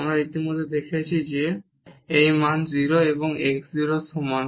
আমরা ইতিমধ্যে দেখেছি যে এই মান 0 এবং x 0 এর সমান